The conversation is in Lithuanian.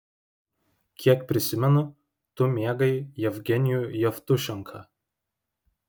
kiek prisimenu tu mėgai jevgenijų jevtušenką